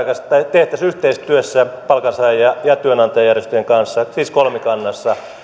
tehtäisiin yhteistyössä palkansaaja ja työnantajajärjestöjen kanssa siis